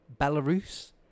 Belarus